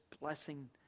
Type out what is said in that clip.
blessing